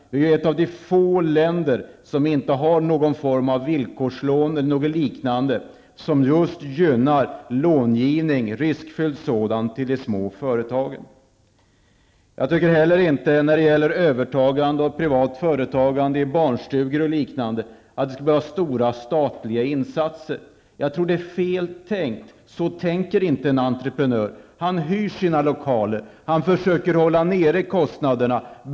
Sverige är ett av de få länder som inte har någon form av villkorslån eller liknande som just gynnar riskfylld långivning till de små företagen. Jag tycker inte heller att det skall behövas stora statliga insatser när det gäller övertagande av och privatföretagande i barnstugor och liknande. Jag tror att det är fel tänkt. Så tänker inte en entreprenör. Han hyr sina lokaler och försöker hålla kostnaderna nere.